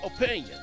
opinion